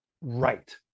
right